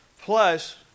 plus